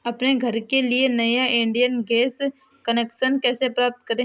अपने घर के लिए नया इंडियन गैस कनेक्शन कैसे प्राप्त करें?